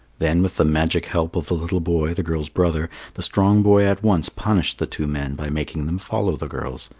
then with the magic help of the little boy, the girls' brother, the strong boy at once punished the two men by making them follow the girls.